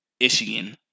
Michigan